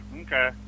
Okay